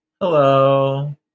Hello